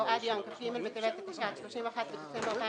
עד יום כ"ג בטבת התשע"ט (31 בדצמבר 2018)